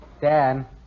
Dan